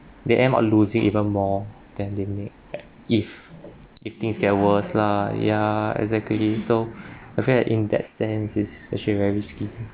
they end up losing even more than they make if if things get worse lah yeah exactly so I feel like in that sense it's actually very risky